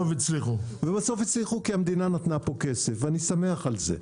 ובסוף הצליחו כי המדינה נתנה פה כסף ואני שמח על זה.